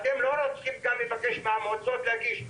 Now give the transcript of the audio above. אתם לא צריכים רק לבקש מהמועצות להגיש,